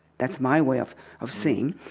that's my way of of seeing